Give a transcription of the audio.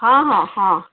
ହଁ ହଁ ହଁ